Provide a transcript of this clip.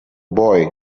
boy